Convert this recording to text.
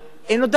אין עוד על מה.